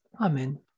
Amen